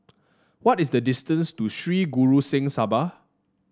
what is the distance to Sri Guru Singh Sabha